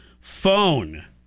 phone